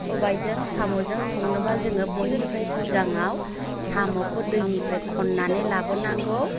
सबाइजों साम'जों संनोबा जोङो बयनिफ्राय सिगाङाव साम'खौ दैनिफ्राय खननानै लाबोनांगौ